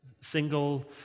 single